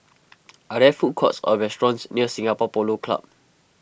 are there food courts or restaurants near Singapore Polo Club